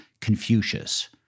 Confucius